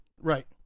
right